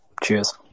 Cheers